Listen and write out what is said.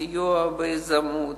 סיוע ביזמות,